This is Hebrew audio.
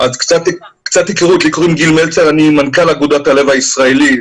אני מנכ"ל אגודת הלב הישראלי,